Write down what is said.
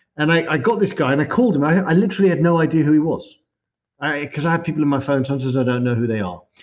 and i got this guy and i called him. i i literally had no idea who he was because i have people in my phone, sometimes i don't know who they are.